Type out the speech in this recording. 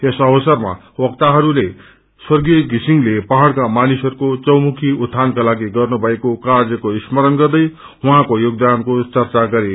यस अवसरमा वक्ताहरूले स्वग्रेय धिसिङले पहाड़का मानिसहरूको चौखी उत्थानका लाग गर्नु भएको कार्यको स्मरण गर्दै उहाँको योगदानको चच्च गरे